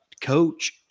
coach